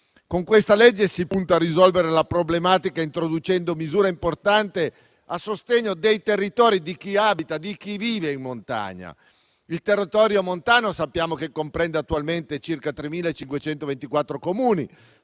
Con questa legge si punta a risolvere la problematica introducendo misure importanti a sostegno dei territori di chi abita e vive in montagna. Sappiamo che il territorio montano comprende attualmente circa 3.524 Comuni